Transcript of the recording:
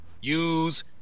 use